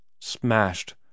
smashed